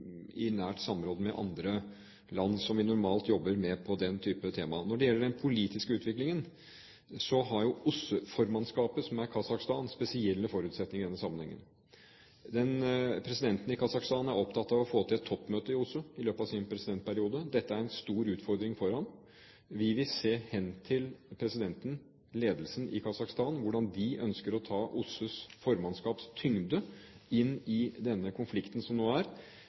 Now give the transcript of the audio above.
i nært samråd med land som vi normalt jobber sammen med om denne type tema. Når det gjelder den politiske utviklingen, har OSSE-formannskapet, som er Kasakhstan, spesielle forutsetninger. Presidenten i Kasakhstan er opptatt av å få til et toppmøte i OSSE i løpet av sin presidentperiode. Dette er en stor utfordring for ham. Vi vil se hen til presidenten og den øvrige ledelsen i Kasakhstan med hensyn til hvordan de ønsker å ta OSSEs formannskaps tyngde inn i denne konflikten, som er